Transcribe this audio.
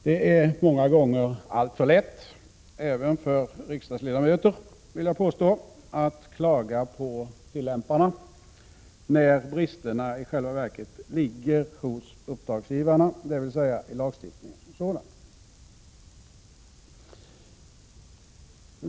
Det är många gånger alltför lätt — jag vill påstå att det gäller även riksdagsledamöter — att klaga på tillämparna när bristerna i själva verket ligger hos uppdragsgivarna, dvs. i lagstiftningen som sådan.